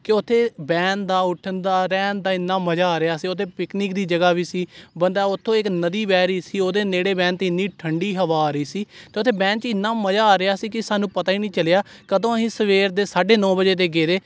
ਕਿ ਉੱਥੇ ਬਹਿਣ ਦਾ ਉੱਠਣ ਦਾ ਰਹਿਣ ਦਾ ਇੰਨਾ ਮਜ਼ਾ ਆ ਰਿਹਾ ਸੀ ਉੱਥੇ ਪਿਕਨਿਕ ਦੀ ਜਗ੍ਹਾ ਵੀ ਸੀ ਬੰਦਾ ਉਥੋਂ ਇੱਕ ਨਦੀ ਵਹਿ ਰਹੀ ਸੀ ਉਹਦੇ ਨੇੜੇ ਬਹਿਣ 'ਤੇ ਇੰਨੀ ਠੰਡੀ ਹਵਾ ਆ ਰਹੀ ਸੀ ਅਤੇ ਉੱਥੇ ਬਹਿਣ 'ਚ ਇੰਨਾ ਮਜ਼ਾ ਆ ਰਿਹਾ ਸੀ ਕਿ ਸਾਨੂੰ ਪਤਾ ਹੀ ਨਹੀਂ ਚੱਲਿਆ ਕਦੋਂ ਅਸੀਂ ਸਵੇਰ ਦੇ ਸਾਢ਼ੇ ਨੌਂ ਵਜੇ ਦੇ ਗਏ ਵੇ